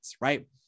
right